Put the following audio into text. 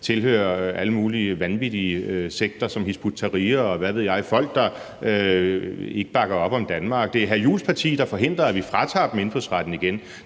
tilhører alle mulige vanvittige sekter som Hizb ut-Tahrir, og hvad ved jeg, folk, der ikke bakker op om Danmark. Det er hr. Christian Juhls parti, der forhindrer, at vi fratager dem indfødsretten igen.